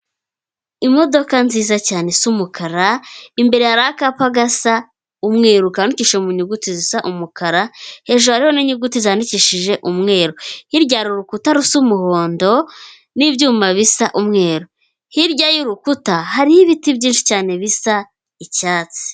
Imodoka nziza cyane isa umukara, imbere hari akapa gasa umweru kandikishije mu nyuguti zisa umukara hejuru hariho n'inyuguti zandikishije umweru, hirya hari urukuta rusa umuhondo n'ibyuma bisa umweru, hirya y'urukuta hariho ibiti byinshi cyane bisa icyatsi.